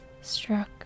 struck